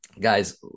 Guys